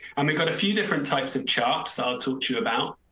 and we got a few different types of charts. i'll talk to you about.